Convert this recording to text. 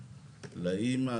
לאמא,